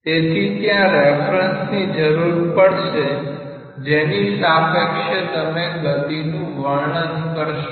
તેથી ત્યાં રેફરન્સની જરૂર પડશે જેની સાપેક્ષે તમે ગતિનું વર્ણન કરશો